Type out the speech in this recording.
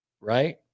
right